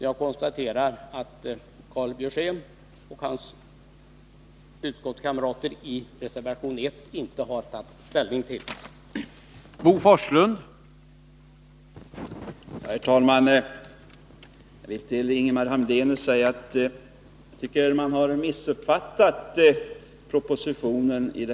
Jag konstaterar att Karl Björzén och hans utskottskamrater i reservation 1 inte har tagit ställning till vår begäran om denna inriktning.